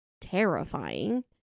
terrifying